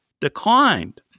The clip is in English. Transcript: declined